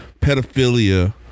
pedophilia